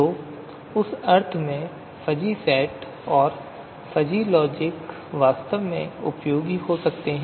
तो उस अर्थ में फ़ज़ी सेट और फ़ज़ी लॉजिक वास्तव में उपयोगी हो सकते हैं